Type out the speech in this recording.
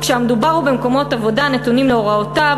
כשהמדובר הוא במקומות עבודה הנתונים להוראותיו